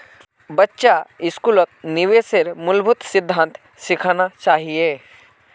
बच्चा स्कूलत निवेशेर मूलभूत सिद्धांत सिखाना चाहिए